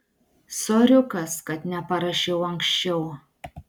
soriukas kad neparašiau anksčiau